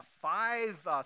five